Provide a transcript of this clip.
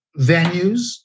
venues